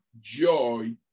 joy